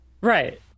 Right